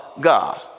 God